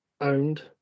owned